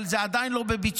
אבל זה עדיין לא בביצוע.